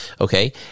okay